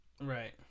Right